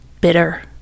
bitter